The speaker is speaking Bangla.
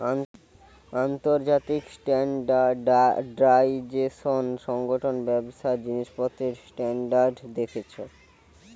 আন্তর্জাতিক স্ট্যান্ডার্ডাইজেশন সংগঠন ব্যবসার জিনিসপত্রের স্ট্যান্ডার্ড দেখছে